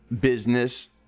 Business